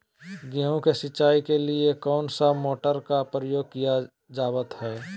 गेहूं के सिंचाई के लिए कौन सा मोटर का प्रयोग किया जावत है?